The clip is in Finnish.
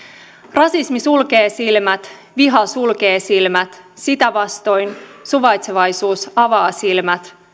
rasismi sulkee silmät viha sulkee silmät sitä vastoin suvaitsevaisuus avaa silmät